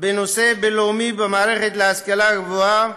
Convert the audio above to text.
בנושא בין-לאומי במערכת להשכלה הגבוהה,